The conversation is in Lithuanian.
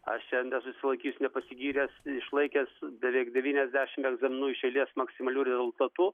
aš čia nesusilaikysiu nepasigyręs išlaikęs beveik devyniasdešim egzaminų iš eilės maksimaliu rezultatu